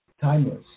timeless